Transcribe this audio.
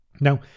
Now